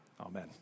Amen